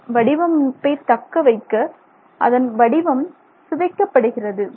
அதன் வடிவமைப்பை தக்கவைக்க அதன் வடிவம் சிதைக்கப்படுகிறது